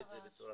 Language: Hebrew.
--- בצורה